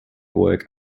work